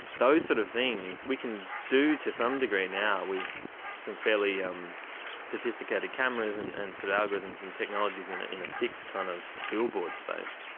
those sort of things we can do to some degree now with some fairly um sophisticated cameras and and algorithms and technologies in in a fixed kind of billboard space.